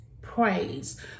praise